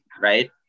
right